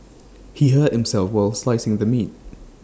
he hurt himself while slicing the meat